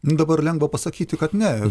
dabar lengva pasakyti kad ne